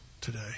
today